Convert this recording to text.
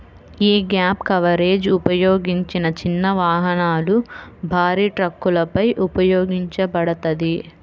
యీ gap coverage ఉపయోగించిన చిన్న వాహనాలు, భారీ ట్రక్కులపై ఉపయోగించబడతది